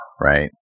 right